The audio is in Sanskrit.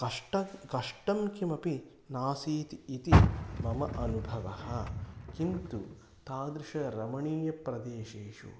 कष्टं कष्टं किमपि नासीत् इति मम अनुभवः किन्तु तादृशरमणीयप्रदेशेषु